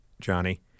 Johnny